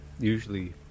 Usually